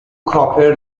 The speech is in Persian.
کاپر